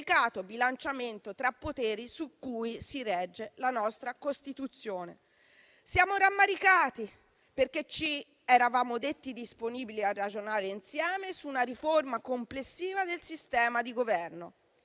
Siamo rammaricati, perché ci eravamo detti disponibili a ragionare insieme su una riforma complessiva del sistema di governo.